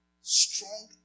strong